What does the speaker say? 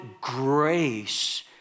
grace